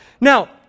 now